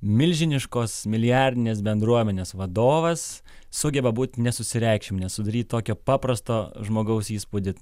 milžiniškos milijardinės bendruomenės vadovas sugeba būt nesusireikšminęs sudaryt tokio paprasto žmogaus įspūdį